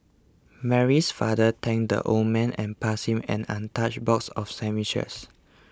Mary's father thanked the old man and passed him an untouched box of sandwiches